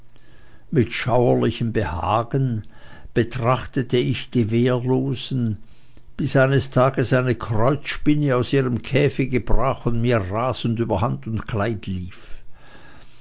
mit schauerlichem behagen betrachtete ich die wehrlosen bis eines tages eine kreuzspinne aus ihrem käfige brach und mir rasend über hand und kleid lief